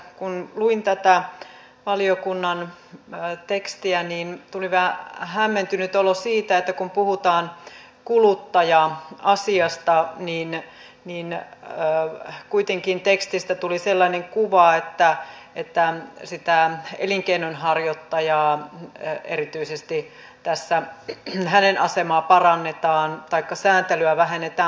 kun luin tätä valiokunnan tekstiä tuli vähän hämmentynyt olo siitä että kun puhutaan kuluttaja asiasta niin kuitenkin tekstistä tuli sellainen kuva että erityisesti tässä sitä elinkeinonharjoittajan asemaa parannetaan taikka sääntelyä vähennetään